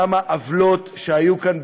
כמה עוולות היו כאן,